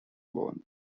bone